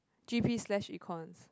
g_p slash econs